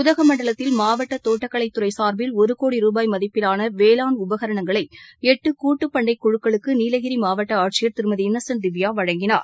உதகமண்டலத்தில் மாவட்ட தோட்டக்கலைத் துறை சார்பில் ஒருகோடி ரூபாய் மதிப்பிலான வேளாண் உபகரணங்களை எட்டு கூட்டுப் பன்னைக் குழக்களுக்கு நீலகிரி மாவட்ட ஆட்சியர் திருமதி இன்னோசன்ட் திவ்யா வழங்கினார்